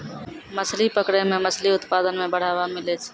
मछली पकड़ै मे मछली उत्पादन मे बड़ावा मिलै छै